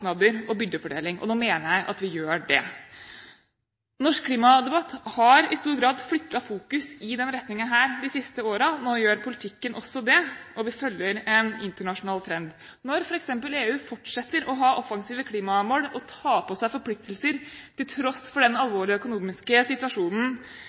kostnader og byrdefordeling. Nå mener jeg at vi gjør det. Norsk klimadebatt har i stor grad flyttet fokus i denne retningen de siste årene. Nå gjør også politikken det, og vi følger en internasjonal trend. Når f.eks. EU fortsetter å ha offensive klimamål og tar på seg forpliktelser, til tross for den